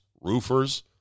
roofers